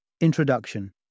Introduction